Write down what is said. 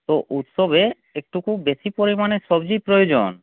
তো উৎসবে একটু বেশি পরিমাণে সবজি প্রয়োজন